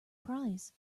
prize